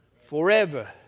Forever